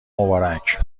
مبارک